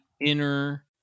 inner